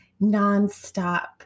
nonstop